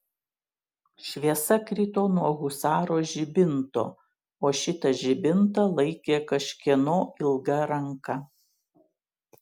šviesa krito nuo husaro žibinto o šitą žibintą laikė kažkieno ilga ranka